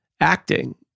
acting